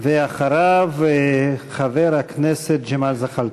ואחריו, חבר הכנסת ג'מאל זחאלקה.